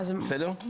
בסדר?